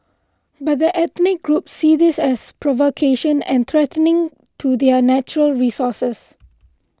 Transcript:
but the ethnic groups see this as provocation and threatening to their natural resources